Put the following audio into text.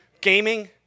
Gaming